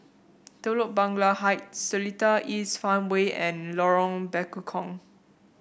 Telok Blangah Heights Seletar East Farmway and Lorong Bekukong